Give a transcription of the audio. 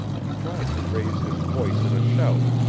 he tried to raise his voice in a shout,